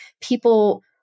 people